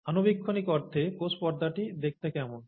অণুবীক্ষণিক অর্থে কোষ পর্দাটি দেখতে কেমন